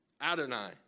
Adonai